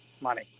money